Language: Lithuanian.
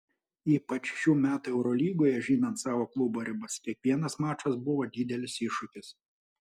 ypač šių metų eurolygoje žinant savo klubo ribas kiekvienas mačas buvo didelis iššūkis